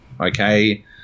Okay